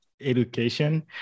education